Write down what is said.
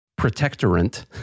protectorant